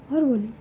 और बोलें